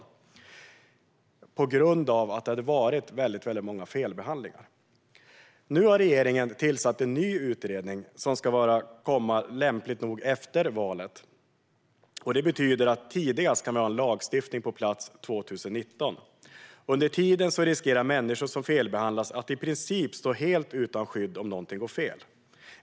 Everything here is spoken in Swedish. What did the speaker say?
Detta på grund av att det hade varit väldigt många felbehandlingar. Nu har regeringen tillsatt en ny utredning, som lämpligt nog ska avlämnas efter valet. Det betyder att en lagstiftning kan komma på plats tidigast 2019. Under tiden löper människor som felbehandlas risk att i princip stå helt utan skydd om någonting går fel.